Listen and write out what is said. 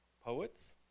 poets